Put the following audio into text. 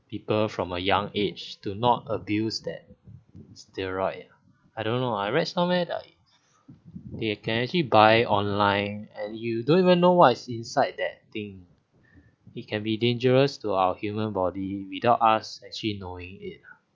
people from a young age do not abuse that steroids I don't know I read somewhere that they can actually buy online and you don't even know what's inside that thing it can be dangerous to our human body without us actually knowing it